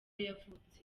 yavutse